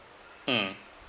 mm